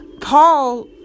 Paul